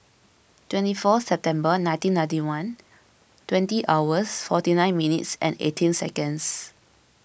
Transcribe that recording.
twenty four September nineteen ninety one twenty hours forty nine minutes and eighteen seconds